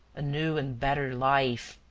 a new and better life.